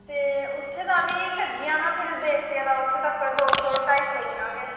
ते उत्थै दा बी लगी जाना फ्ही देवकै दा उत्थै तक्कर दो सौ ढाई सौ इन्ना गै